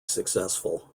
successful